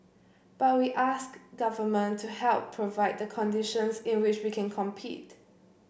but we ask government to help provide the conditions in which we can compete